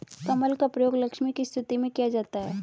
कमल का प्रयोग लक्ष्मी की स्तुति में किया जाता है